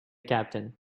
captain